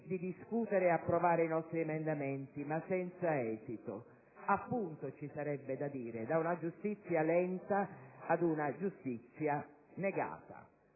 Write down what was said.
di discutere ed approvare i nostri emendamenti, ma senza esito. Appunto, ci sarebbe da dire: da una giustizia lenta ad una giustizia negata.